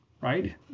right